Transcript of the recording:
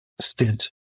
stint